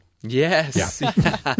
Yes